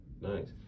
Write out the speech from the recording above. nice